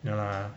ya lah